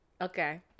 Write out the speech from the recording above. Okay